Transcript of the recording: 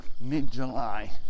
mid-July